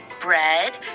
bread